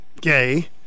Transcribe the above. gay